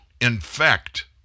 infect